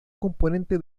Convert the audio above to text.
componente